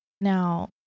Now